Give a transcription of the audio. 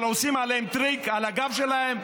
אבל עושים עליהם טריק על הגב שלהם?